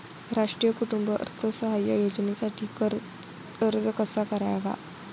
राष्ट्रीय कुटुंब अर्थसहाय्य योजनेसाठी अर्ज कसा करावा?